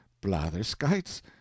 blatherskites